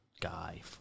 guy